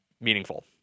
meaningful